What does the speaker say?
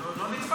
זה לא נתפס.